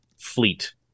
fleet